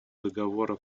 договора